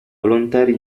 volontari